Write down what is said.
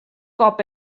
cop